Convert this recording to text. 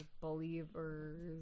Believers